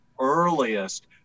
earliest